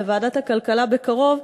בוועדת הכלכלה בקרוב,